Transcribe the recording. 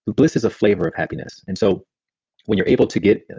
bliss is a flavor of happiness. and so when you're able to get.